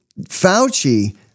Fauci